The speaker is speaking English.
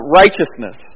righteousness